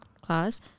class